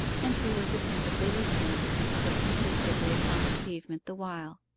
and who was attentively listening looking fixedly upon the pavement the while.